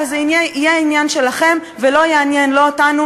למעשה, מדינת ישראל, מדינת היהודים,